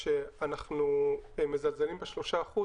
תקשיבו טוב-טוב: אתם בניתם מסלול של זכיינות של 25 שנה.